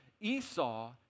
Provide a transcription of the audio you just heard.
Esau